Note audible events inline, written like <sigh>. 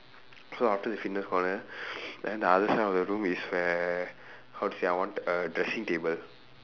so after the fitness corner <breath> then the other side of the room is where how to say I want a dressing table